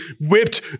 whipped